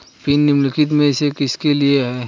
Pin निम्नलिखित में से किसके लिए है?